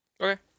Okay